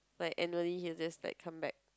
like annually he will just like come back